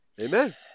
Amen